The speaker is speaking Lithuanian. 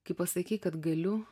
kai pasakei kad galiu